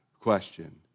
question